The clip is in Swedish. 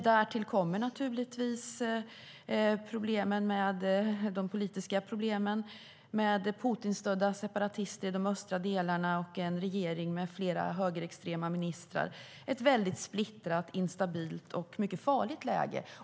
Därtill kommer de politiska problemen med Putinstödda separatister i de östra delarna och en regering med flera högerextrema ministrar. Det är ett väldigt splittrat, instabilt och mycket farligt läge.